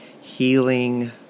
healing